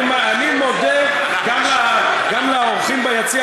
אני מודה גם לאורחים ביציע,